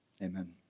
Amen